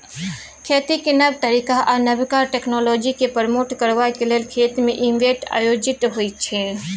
खेतीक नब तरीका आ नबका टेक्नोलॉजीकेँ प्रमोट करबाक लेल खेत मे इवेंट आयोजित होइ छै